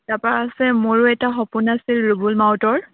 তাৰপৰা আছে মোৰো এটা সপোন আছিল ৰুবুল মাউতৰ